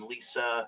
Lisa